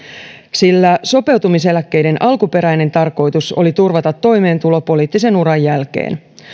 sillä sopeutumiseläkkeiden alkuperäinen tarkoitus oli turvata toimeentulo poliittisen uran jälkeen